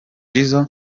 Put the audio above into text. jizzo